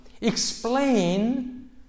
explain